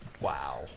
Wow